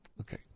okay